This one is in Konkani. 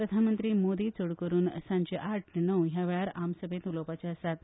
प्रधानमंत्री मोदी चड करून सांजे आठ ते णव ह्या वेळार आमसभेत उलोवपाचे आसात